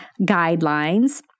guidelines